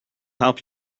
help